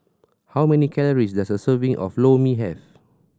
how many calories does a serving of Lor Mee have